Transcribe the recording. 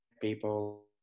people